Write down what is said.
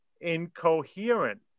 incoherent